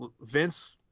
Vince